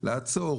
לעצור